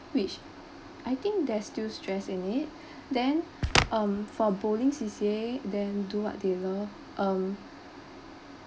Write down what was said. which I think there's still stress in it then um for bowling C_C_A then do what they love um